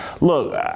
look